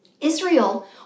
Israel